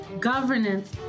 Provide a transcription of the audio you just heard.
Governance